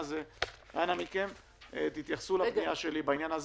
אנא מכם תתייחסו לפנייה שלי בעניין הזה.